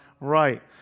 right